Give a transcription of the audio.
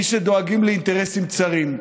מי שדואגים לאינטרסים צרים.